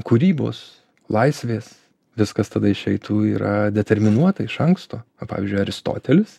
kūrybos laisvės viskas tada išeitų yra determinuota iš anksto pavyzdžiui aristotelis